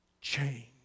change